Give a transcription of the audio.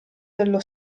dello